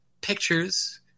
pictures